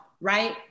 right